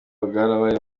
bwarabaye